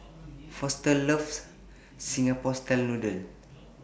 Foster loves Singapore Style Noodles